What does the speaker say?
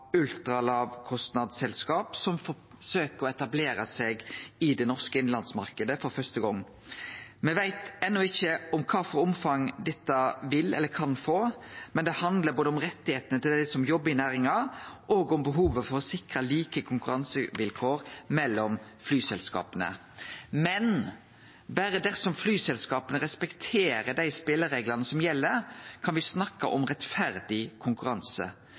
som forsøkjer å etablere seg i den norske innanlandsmarknaden for første gong. Me veit enno ikkje kva omfang dette vil eller kan få, men det handlar både om rettane til dei som jobbar i næringa, og om behovet for å sikre like konkurransevilkår mellom flyselskapa. Men berre dersom flyselskapa respekterer dei spelereglane som gjeld, kan me snakke om rettferdig konkurranse.